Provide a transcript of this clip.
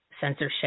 Censorship